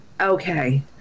okay